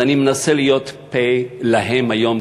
אז אני מנסה להיות פֶה להם היום,